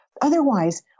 Otherwise